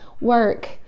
work